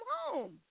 home